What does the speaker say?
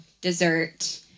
dessert